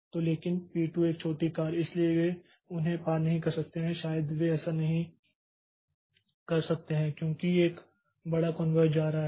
तो लेकिन यह पी2 यह छोटी कार इसलिए वे उन्हें पार नहीं कर सकते हैं या शायद वे ऐसा नहीं कर सकते हैं क्योंकि यह बड़ा कॉन्वाय जा रहा है